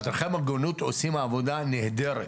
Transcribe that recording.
מדרכי המוגנות עושים עבודה נהדרת.